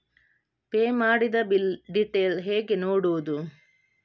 Pay ಮಾಡಿದ bill detail ಹೇಗೆ ನೋಡುವುದು?